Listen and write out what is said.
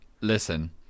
listen